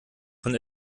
von